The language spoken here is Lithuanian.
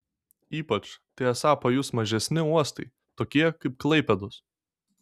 ypač tai esą pajus mažesni uostai tokie kaip klaipėdos